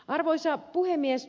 arvoisa puhemies